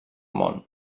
món